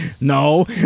No